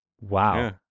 Wow